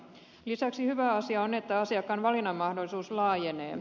lisäksi hyvä asia on että asiakkaan valinnanmahdollisuus laajenee